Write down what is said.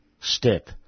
step